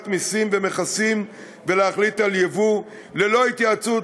מסים ומכסים ולהחליט על ייבוא ללא התייעצות.